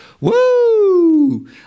woo